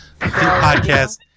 podcast